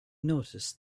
noticed